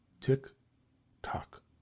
tick-tock